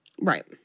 Right